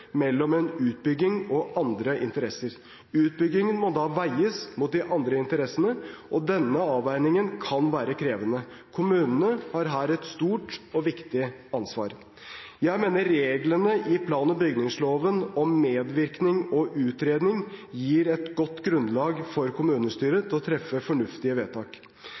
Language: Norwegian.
mellom en utbygging og andre interesser. Utbyggingen må da veies mot de andre interessene, og denne avveiningen kan være krevende. Kommunene har her et stort og viktig ansvar. Jeg mener reglene i plan- og bygningsloven om medvirkning og utredning gir et godt grunnlag for kommunestyret til å treffe fornuftige vedtak.